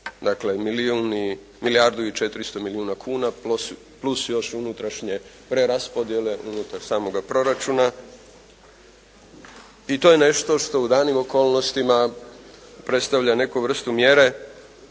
Dakle, milijardu i 400 milijuna kuna plus još unutrašnje preraspodjele unutar samoga proračuna. I to je nešto što u danim okolnostima predstavlja neku vrstu mjere,